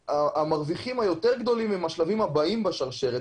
המרוויחים היותר גדולים הם השלבים הבאים בשרשרת,